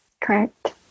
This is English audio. Correct